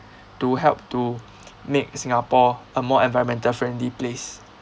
to help to make singapore a more environmental friendly place